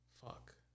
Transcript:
fuck